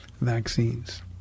vaccines